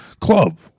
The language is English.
Club